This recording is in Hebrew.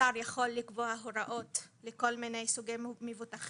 השר יכול לקבוע הוראות לכל מיני סוגי מבוטחים,